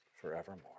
forevermore